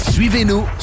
Suivez-nous